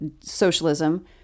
socialism